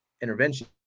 intervention